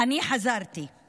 "אני חזרתי /